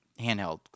handheld